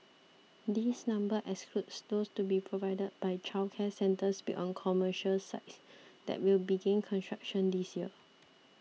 this number excludes those to be provided by childcare centres built on commercial sites that will begin construction this year